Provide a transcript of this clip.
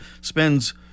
spends